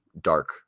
dark